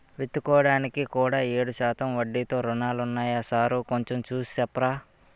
విత్తుకోడానికి కూడా ఏడు శాతం వడ్డీతో రుణాలున్నాయా సారూ కొంచె చూసి సెప్పరా